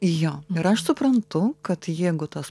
jo ir aš suprantu kad jeigu tas